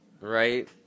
Right